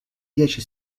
dieci